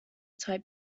type